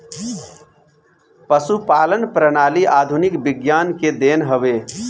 पशुपालन प्रणाली आधुनिक विज्ञान के देन हवे